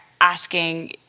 asking